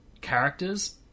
characters